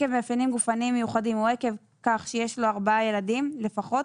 עקב מאפיינים גופניים מיוחדים או עקב כך שיש לו ארבעה ילדים לפחות